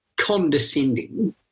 condescending